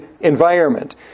environment